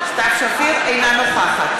אינה נוכחת